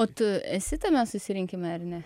o tu esi tame susirinkime ar ne